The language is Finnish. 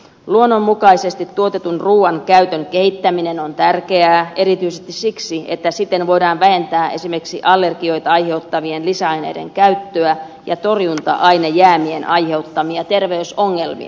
luonnonmukaisesti tuotetun ruuan käytön kehittäminen on tärkeää erityisesti siksi että siten voidaan vähentää esimerkiksi allergioita aiheuttavien lisäaineiden käyttöä ja torjunta ainejäämien aiheuttamia terveysongelmia